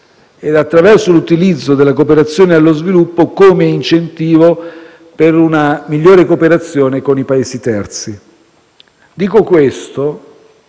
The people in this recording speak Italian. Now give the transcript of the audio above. ed attraverso l'utilizzo della cooperazione allo sviluppo come incentivo per una migliore cooperazione con i Paesi terzi. Dico questo